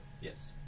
Yes